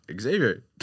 Xavier